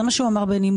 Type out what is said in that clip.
זה מה שהוא אמר בנימוס.